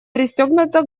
пристегнута